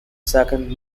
second